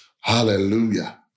Hallelujah